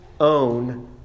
own